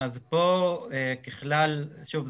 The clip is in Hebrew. שוב,